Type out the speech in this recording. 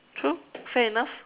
true fair enough